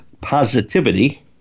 positivity